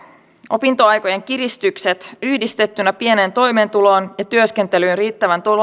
opintoaikojen kiristykset yhdistettynä pieneen toimeentuloon ja työskentelyyn riittävän